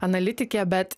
analitikė bet